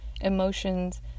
emotions